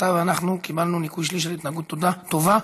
אתה ואנחנו קיבלנו ניכוי שליש על התנהגות טובה.